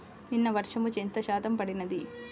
నిన్న వర్షము ఎంత శాతము పడినది?